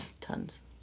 Tons